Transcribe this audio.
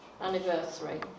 anniversary